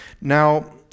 Now